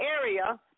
area